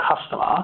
customer